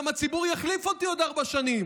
גם הציבור יחליף אותי עוד ארבע שנים.